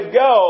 go